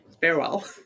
farewell